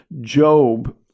Job